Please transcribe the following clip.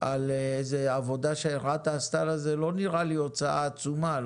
על איזה עבודה שרת"א עשתה לה זה לא נראה לי הוצאה עצומה,